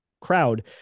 crowd